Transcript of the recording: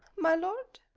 my lord?